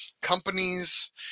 companies